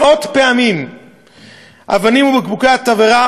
מאות פעמים הושלכו אבנים ובקבוקי תבערה